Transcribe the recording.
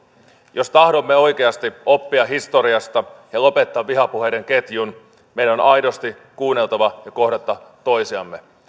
jos tahdomme oikeasti oppia historiasta ja lopettaa vihapuheiden ketjun meidän on aidosti kuunneltava ja kohdattava toisiamme